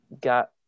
got